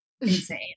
insane